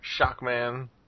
Shockman